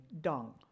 dung